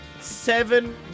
seven